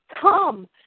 come